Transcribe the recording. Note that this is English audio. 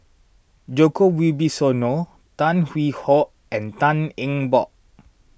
Djoko Wibisono Tan Hwee Hock and Tan Eng Bock